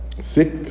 sick